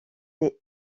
des